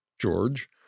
George